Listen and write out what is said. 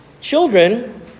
Children